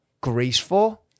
graceful